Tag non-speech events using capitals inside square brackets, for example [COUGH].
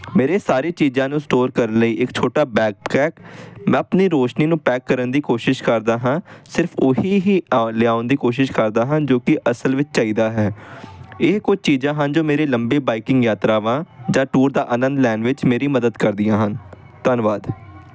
ਮੇਰੇ ਸਾਰੇ ਚੀਜ਼ਾਂ ਨੂੰ ਸਟੋਰ ਕਰਨ ਲਈ ਇੱਕ ਛੋਟਾ ਬੈਗ [UNINTELLIGIBLE] ਮੈਂ ਆਪਣੀ ਰੋਸ਼ਨੀ ਨੂੰ ਪੈਕ ਕਰਨ ਦੀ ਕੋਸ਼ਿਸ਼ ਕਰਦਾ ਹਾਂ ਸਿਰਫ ਉਹੀ ਹੀ ਲਿਆਉਣ ਦੀ ਕੋਸ਼ਿਸ਼ ਕਰਦਾ ਹਾਂ ਜੋ ਕਿ ਅਸਲ ਵਿੱਚ ਚਾਹੀਦਾ ਹੈ ਇਹ ਕੁਝ ਚੀਜ਼ਾਂ ਹਨ ਜੋ ਮੇਰੇ ਲੰਬੇ ਬਾਈਕਿੰਗ ਯਾਤਰਾਵਾਂ ਜਾਂ ਟੂਰ ਦਾ ਆਨੰਦ ਲੈਣ ਵਿੱਚ ਮੇਰੀ ਮਦਦ ਕਰਦੀਆਂ ਹਨ ਧੰਨਵਾਦ